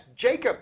Jacob